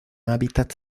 hábitat